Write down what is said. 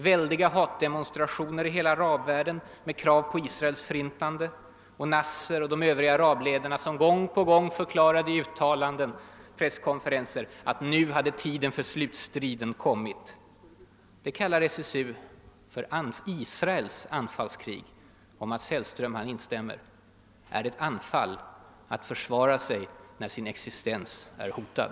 Väldiga hatdemonstrationer ägde rum i hela arabvärlden med krav på Israels förintande, och Nasser och de övriga arabledarna förklarade gång på gång i uttalanden och presskonferenser att nu hade tiden för slutstriden kommit. Det kallar SSU för »Israels anfalls krig», och Mats Hellström instämmer. Är det anfallskrig, att man försvarar sig, när ens existens är hotad?